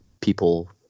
people